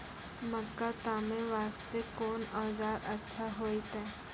मक्का तामे वास्ते कोंन औजार अच्छा होइतै?